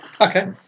okay